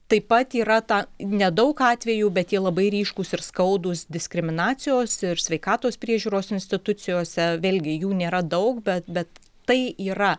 taip pat yra ta nedaug atvejų bet jie labai ryškūs ir skaudūs diskriminacijos ir sveikatos priežiūros institucijose vėlgi jų nėra daug bet bet tai yra